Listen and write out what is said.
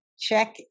Check